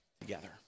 together